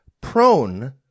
prone